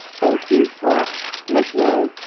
thank you for listening.